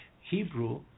Hebrew